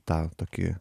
tą tokį